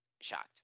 shocked